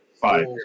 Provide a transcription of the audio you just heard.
five